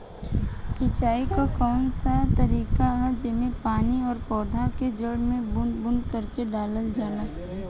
सिंचाई क कउन सा तरीका ह जेम्मे पानी और पौधा क जड़ में बूंद बूंद करके डालल जाला?